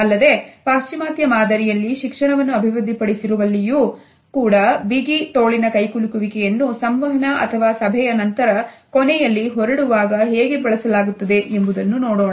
ಅಲ್ಲದೆ ಪಾಶ್ಚಿಮಾತ್ಯ ಮಾದರಿಯಲ್ಲಿ ಶಿಕ್ಷಣವನ್ನು ಅಭಿವೃದ್ಧಿಪಡಿಸಿರುವಲ್ಲಿಯೂ ಕೂಡಬಿಗಿ ತೋಳಿನ ಕೈಕುಲುಕುವಿಕೆಯನ್ನುಸಂವಹನ ಅಥವಾ ಸಭೆಯ ನಂತರ ಕೊನೆಯಲ್ಲಿ ಹೊರಡುವಾಗ ಹೇಗೆ ಬಳಸಲಾಗುತ್ತದೆ ಎಂಬುದನ್ನು ನೋಡೋಣ